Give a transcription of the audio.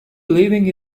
living